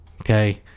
Okay